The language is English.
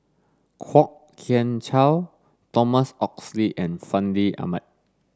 Kwok Kian Chow Thomas Oxley and Fandi Ahmad